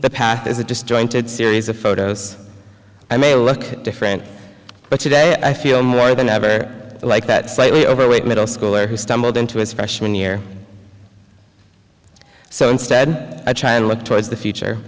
the path is a just jointed series of photos i may look different but today i feel more than ever like that slightly overweight middle schooler who stumbled into his freshman year so instead a child looked towards the future